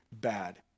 bad